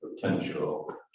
potential